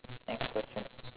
next question